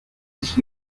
sich